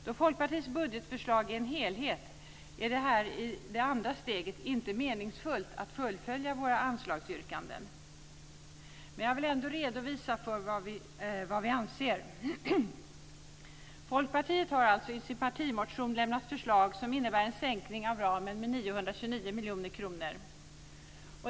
Då Folkpartiets budgetförslag är en helhet, är det här i det andra steget inte meningsfullt att fullfölja våra anslagsyrkanden. Men jag vill ändå redovisa vad vi anser. Folkpartiet har alltså i sin partimotion lämnat förslag som innebär en sänkning av ramen med 929 miljoner kronor.